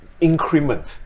increment